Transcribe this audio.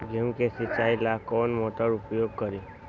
गेंहू के सिंचाई ला कौन मोटर उपयोग करी?